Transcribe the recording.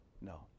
no